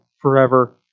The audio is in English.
forever